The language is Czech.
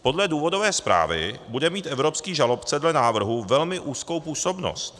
Podle důvodové zprávy bude mít evropský žalobce dle návrhu velmi úzkou působnost.